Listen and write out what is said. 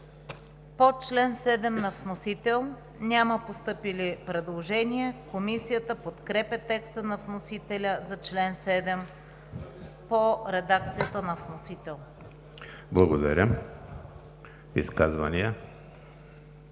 По чл. 28 на вносител няма постъпили предложения. Комисията подкрепя текста на вносителя за чл. 28 по редакцията на вносителя. По чл. 29 няма